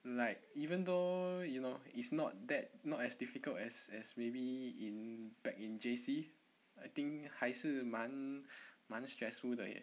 like even though you know it's not that not as difficult as as maybe in back in J_C I think 还是蛮蛮 stressful 的 leh